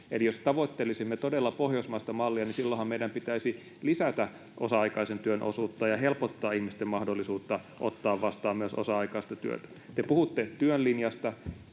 Eli jos tavoittelisimme todella pohjoismaista mallia, silloinhan meidän pitäisi lisätä osa-aikaisen työn osuutta ja helpottaa ihmisten mahdollisuutta ottaa vastaan myös osa-aikaista työtä. Te puhutte työn linjasta.